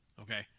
Okay